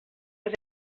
was